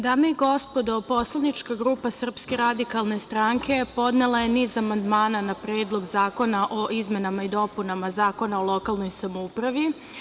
Dame i gospodo, poslanička grupa SRS je podnela niz amandmana na Predlog zakona o izmenama i dopunama Zakona o lokalnoj samoupravi.